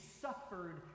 suffered